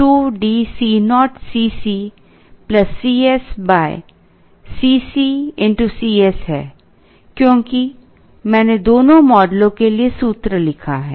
इसलिए Q 2DCo Cc Cs Cc Cs है क्योंकि मैंने दोनों मॉडलों के लिए सूत्र लिखा है